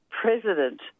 president